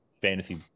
fantasy